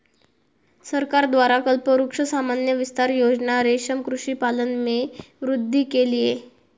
सरकार द्वारा कल्पवृक्ष सामान्य विस्तार योजना रेशम कृषि पालन में वृद्धि के लिए